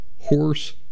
horse